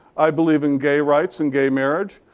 i believe in gay rights and gay marriage.